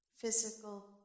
physical